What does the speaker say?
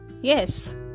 yes